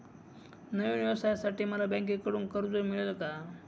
नवीन व्यवसायासाठी मला बँकेकडून कर्ज मिळेल का?